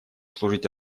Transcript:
служить